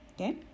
Okay